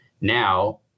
now